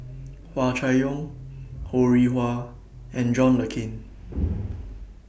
Hua Chai Yong Ho Rih Hwa and John Le Cain